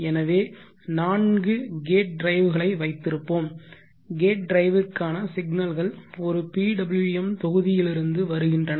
எனவே நான்கு கேட் டிரைவ்களை வைத்திருப்போம் கேட் டிரைவிற்கான சிக்னல்கள் ஒரு PWM தொகுதியிலிருந்து வருகின்றன